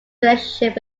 relationship